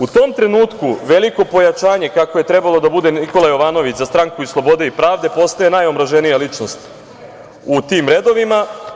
U tom trenutku veliko pojačanje, kako je trebalo da bude, Nikola Jovanović, za Stranku slobode i pravde postaje najomraženija ličnost u tim redovima.